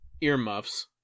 earmuffs